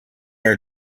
are